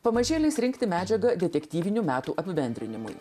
pamažėliais rinkti medžiagą detektyvinių metų apibendrinimui